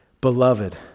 Beloved